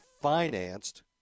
financed